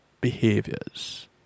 behaviors